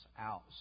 out